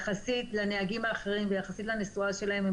יחסית לנהגים האחרים ויחסית לנסועה שלהם הם